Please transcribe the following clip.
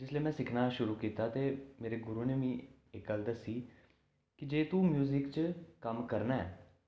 जिसलै में सिक्खना शुरू कीता ते मेरे गुरु ने मिगी इक गल्ल दस्सी कि जे तूं म्यूजिक च कम्म करना ऐ